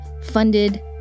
funded